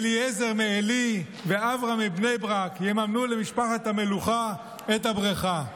אליעזר מעלי ואברהם מבני ברק יממנו למשפחת המלוכה את הבריכה.